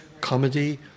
comedy